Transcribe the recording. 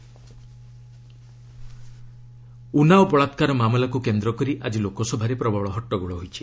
LS Unnao Unnao ବଳାକ୍କାର ମାମଲାକୁ କେନ୍ଦ୍ର କରି ଆଜି ଲୋକସଭାରେ ପ୍ରବଳ ହଟ୍ଟଗୋଳ ହୋଇଛି